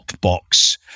box